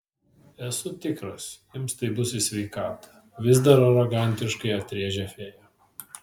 esu tikras jums tai bus į sveikatą vis dar arogantiškai atrėžė fėja